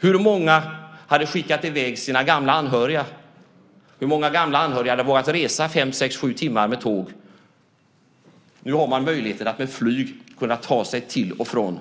Hur många hade skickat i väg sina gamla anhöriga, och hur många gamla anhöriga hade vågat resa fem-sju timmar med tåg? Nu har man möjlighet att med flyg ta sig till och från